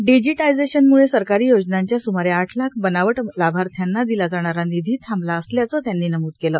डिजीटायझेशनम्ुळे सरकारी योजनांच्या सुमारे आठ लाख बनावट लाभार्थ्यांना दिला जाणारा निधी थांबला असल्याचं त्यांनी नमूद केलं